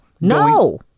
No